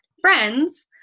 Friends